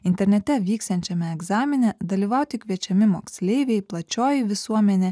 internete vyksiančiame egzamine dalyvauti kviečiami moksleiviai plačioji visuomenė